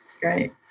Great